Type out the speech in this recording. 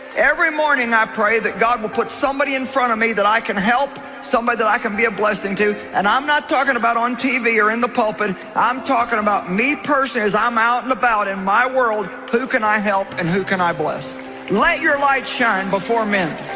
every morning i pray that god will put somebody in front of me that i can help so somebody that i can be a blessing to and i'm not talking about on tv or in the pulpit. i'm talking about me persons i'm out and about in my world. who can i help and who can i bless let your light shine before men